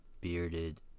bearded